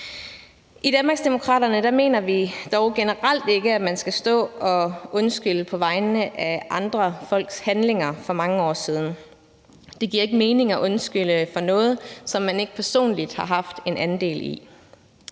I Danmarksdemokraterne mener vi dog generelt ikke, at man skal stå og undskylde på vegne af andre folks handlinger for mange år siden. Det giver ikke mening at undskylde for noget, som man ikke personligt har haft en andel i.